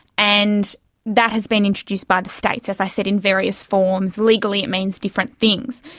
and that has been introduced by the states, as i said, in various forms. legally it means different things.